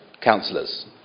councillors